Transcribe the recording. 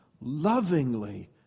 lovingly